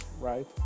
right